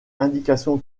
indication